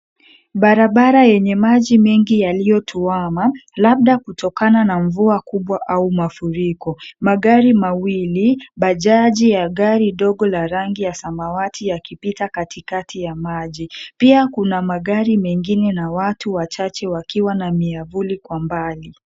Barabara yenye maji mengi yaliyotuana, labda kutokana na mvua kubwa au mafuriko. Magari mawili bajaji ya gari dogo la rangi ya samawati yakipita katikati ya maji. Pia kuna magari mengine na watu wachache wakiwa na miavuli kwa mbali.